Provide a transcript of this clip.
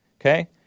Okay